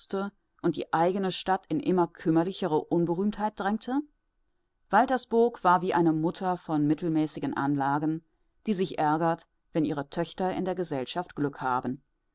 und die eigene stadt in immer kümmerlichere unberühmtheit drängte waltersburg war wie eine mutter von mittelmäßigen anlagen die sich ärgert wenn ihre töchter in der gesellschaft glück haben